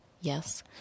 yes